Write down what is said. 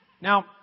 Now